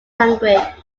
language